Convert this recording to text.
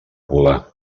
volar